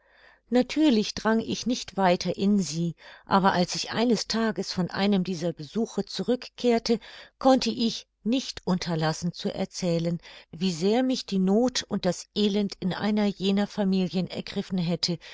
natürlich drang ich nicht weiter in sie aber als ich eines tages von einem dieser besuche zurückkehrte konnte ich nicht unterlassen zu erzählen wie sehr mich die noth und das elend in einer jener familien ergriffen hätte